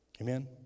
Amen